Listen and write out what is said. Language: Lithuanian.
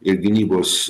ir gynybos